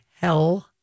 hell